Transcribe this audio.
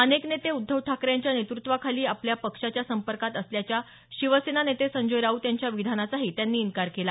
अनेक नेते उद्धव ठाकरे यांच्या नेतृत्त्वाखाली आपल्या पक्षाच्या संपर्कात असल्याच्या शिवसेना नेते संजय राऊत यांच्या विधानाचाही त्यांनी इन्कार केला